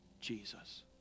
Jesus